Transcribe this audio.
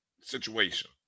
situation